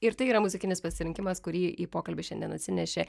ir tai yra muzikinis pasirinkimas kurį į pokalbį šiandien atsinešė